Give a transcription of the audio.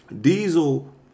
Diesel